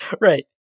Right